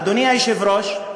אדוני היושב-ראש,